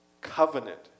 Covenant